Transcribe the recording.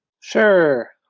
Sure